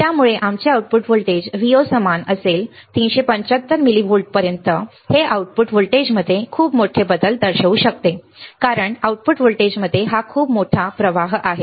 त्यामुळे आमचे output voltage Vo समान असेल 375 मिलीव्होल्टपर्यंत हे आउटपुट व्होल्टेजमध्ये खूप मोठे बदल दर्शवू शकते कारण आउटपुट व्होल्टेजमध्ये हा बदल खूप मोठा प्रवाह आहे